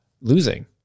losing